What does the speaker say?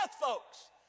folks